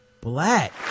black